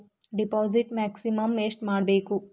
Deposit maximum ಎಷ್ಟು ಮಾಡಬೇಕು?